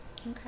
okay